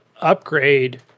upgrade